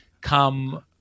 come